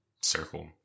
circle